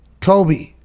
kobe